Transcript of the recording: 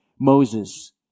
Moses